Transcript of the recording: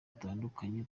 dutandukanye